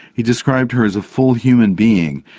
he described her as a full human being,